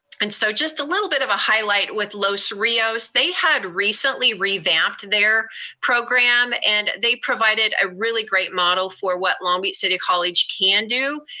and so just a little bit of a highlight with los rios, they had recently revamped their program, and they provided a really great model for what long beach city college can do.